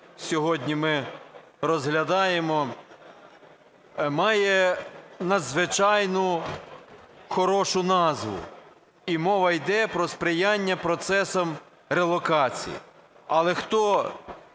сьогодні ми розглядаємо, має надзвичайно хорошу назву. І мова йде про сприяння процесам релокації. Але хто